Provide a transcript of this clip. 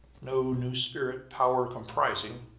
no new spirit-power comprising,